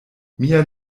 mia